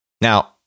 Now